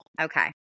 okay